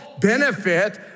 benefit